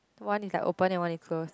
one is like open and one is close